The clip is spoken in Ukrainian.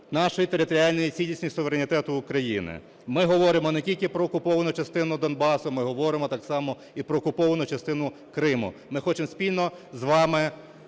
нашої територіальної цілісності і суверенітету України. Ми говоримо не тільки про окуповану частину Донбасу, ми говоримо так само і про окуповану частину Криму. Ми хочемо спільно з вами